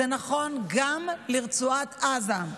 זה נכון גם לרצועת עזה.